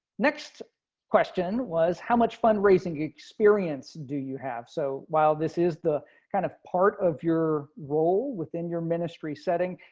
next question was how much fundraising experience do you have. so while this is the kind of part of your role within your ministry setting.